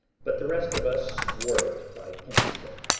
but the rest of us wore it by instinct.